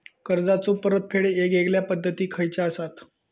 कर्जाचो परतफेड येगयेगल्या पद्धती खयच्या असात?